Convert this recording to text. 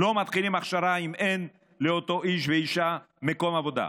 לא מתחילים הכשרה אם אין לאותם איש ואישה מקום עבודה.